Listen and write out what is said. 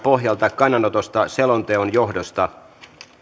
pohjalta kannanotosta selonteon johdosta